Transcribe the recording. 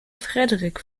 frederik